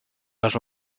les